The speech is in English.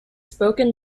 spoken